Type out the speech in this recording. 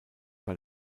bei